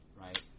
right